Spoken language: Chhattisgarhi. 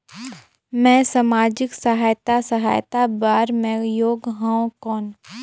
मैं समाजिक सहायता सहायता बार मैं योग हवं कौन?